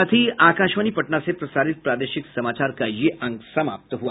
इसके साथ ही आकाशवाणी पटना से प्रसारित प्रादेशिक समाचार का ये अंक समाप्त हुआ